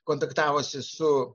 kontaktavusi su